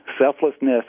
selflessness